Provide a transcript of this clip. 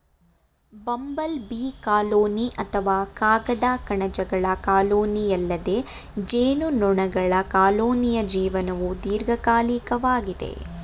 bumble bee colony ಅಥವಾ ಕಾಗದ ಕಣಜಗಳ ಕಾಲೋನಿಯಲ್ಲದೆ ಜೇನುನೊಣಗಳ ಕಾಲೋನಿಯ ಜೀವನವು ದೀರ್ಘಕಾಲಿಕವಾಗಿದೆ